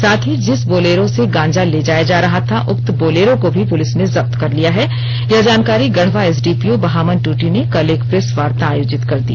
साथ ही जिस बोलेरो से गांजा ले जाया रहा था उक्त बोलेरो को भी पुलिस ने जब्त कर लिया है यह जानकारी गढ़वा एसडीपीओ बहामन दूटी ने कल एक प्रेसवार्ता आयोजित कर दी